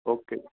okay